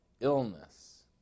Illness